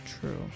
true